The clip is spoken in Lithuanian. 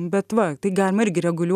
bet va tai galima irgi reguliuo